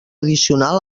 addicional